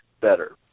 better